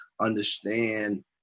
understand